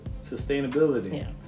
sustainability